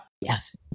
Yes